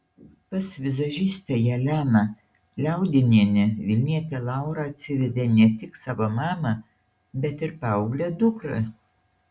pas vizažistę jeleną liaudinienę vilnietė laura atsivedė ne tik savo mamą bet ir paauglę dukrą